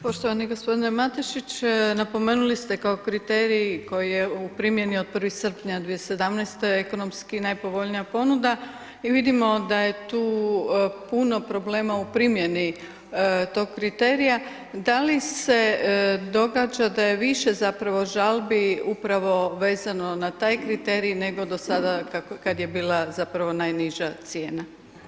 Poštovani gospodine Matešić napomenuli ste kao kriterij koji je u primjeni od 1. srpnja 2017. ekonomski najpovoljnija ponuda i vidimo da je tu puno problema u primjeni tog kriterija, da li se događa da je više zapravo žalbi upravo vezano na taj kriterij, nego do sada kad je bila zapravo najniža cijena?